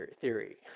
theory